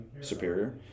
superior